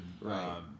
Right